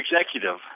executive